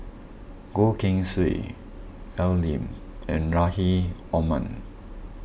Goh Keng Swee Al Lim and Rahim Omar